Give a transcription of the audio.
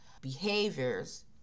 behaviors